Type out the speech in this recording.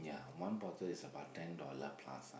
yeah one bottle is about ten dollar plus ah